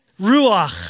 Ruach